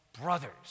brothers